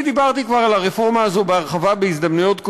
אני דיברתי כבר על הרפורמה הזאת בהרחבה בהזדמנויות קודמות,